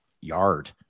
yard